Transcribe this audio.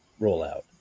rollout